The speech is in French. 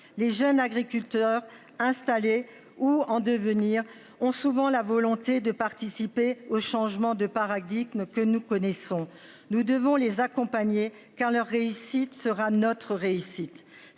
Les jeunes agriculteurs installés ou en devenir ont souvent la volonté de participer au changement de paradigme que nous connaissons, nous devons les accompagner car leur réussite sera notre réussite.